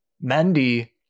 Mandy